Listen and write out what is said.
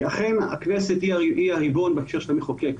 אכן הכנסת היא הריבון בהקשר של המחוקק.